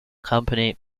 company